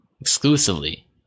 exclusively